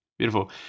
beautiful